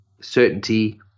certainty